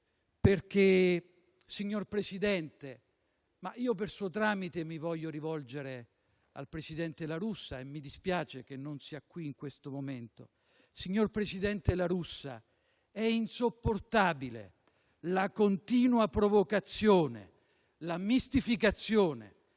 mozione. Presidente Gasparri, per suo tramite mi voglio rivolgere al presidente La Russa, che mi dispiace non sia qui in questo momento. Signor presidente La Russa, sono insopportabili la continua provocazione, la mistificazione,